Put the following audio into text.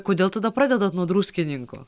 kodėl tada pradedat nuo druskininkų